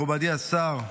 מכובדי השר,